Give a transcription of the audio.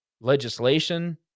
legislation